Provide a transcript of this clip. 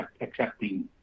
accepting